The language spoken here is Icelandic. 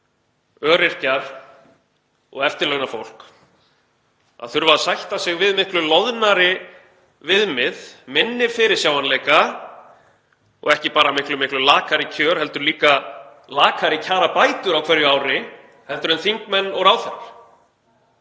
öryrkjar og eftirlaunafólk að þurfa að sætta sig við miklu loðnari viðmið, minni fyrirsjáanleika og ekki bara miklu lakari kjör heldur líka lakari kjarabætur á hverju ári heldur en þingmenn og ráðherrar?